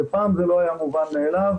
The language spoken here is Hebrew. פעם זה לא היה מובן מאליו